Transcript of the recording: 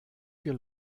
für